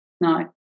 No